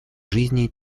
жизни